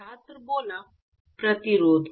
छात्र प्रतिरोध